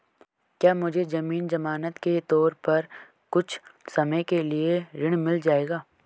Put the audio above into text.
क्या मुझे ज़मीन ज़मानत के तौर पर कुछ समय के लिए ऋण मिल पाएगा?